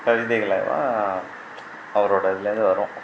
கவிதைகளல்லாம் அவரோடய இதுலேருந்து வரும்